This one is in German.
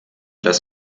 dass